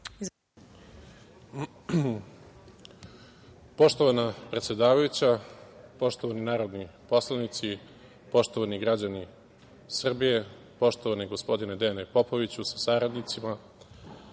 Poštovana predsedavajuća, poštovani narodni poslanici, poštovani građani Srbije, poštovani gospodine Dejane Popoviću sa saradnicima,